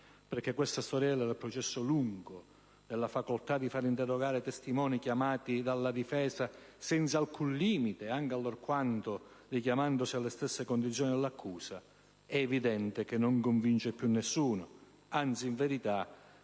Infatti, la storiella del processo lungo e la facoltà di fare interrogare testimoni chiamati dalla difesa senza alcun limite, anche allorquando ci si richiama alle stesse condizioni dell'accusa, è evidente che non convince più nessuno. Anzi, in verità il